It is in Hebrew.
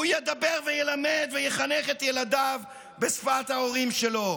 הוא ידבר וילמד ויחנך את ילדיו בשפת ההורים שלו